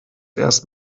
erst